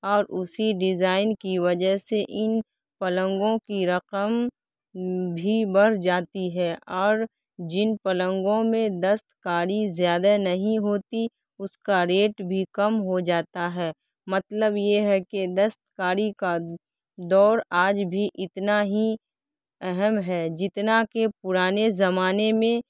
اور اسی ڈیزائن کی وجہ سے ان پلنگوں کی رقم بھی بڑھ جاتی ہے اور جن پلنگوں میں دستکاری زیادہ نہیں ہوتی اس کا ریٹ بھی کم ہو جاتا ہے مطلب یہ ہے کہ دستکاری کا دور آج بھی اتنا ہی اہم ہے جتنا کہ پرانے زمانے میں